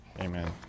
amen